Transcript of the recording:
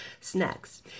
snacks